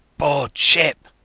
board ship.